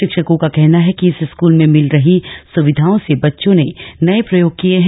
शिक्षकों का कहना है कि इस स्कूल में मिल रही सुविधाओं से बच्चों ने नये प्रयोग किये हैं